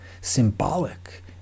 symbolic